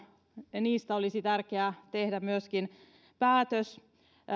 olisi tärkeää tehdä päätös